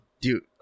Dude